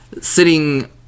sitting